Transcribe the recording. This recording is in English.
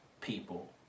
people